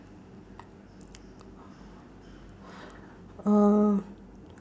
uh